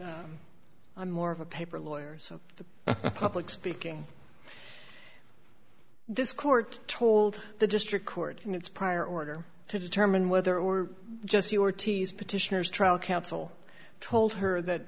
i'm more of a paper lawyer so the public speaking this court told the district court in its prior order to determine whether or just your t s petitioner's trial counsel told her that